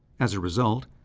as a result,